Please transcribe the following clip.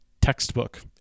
textbook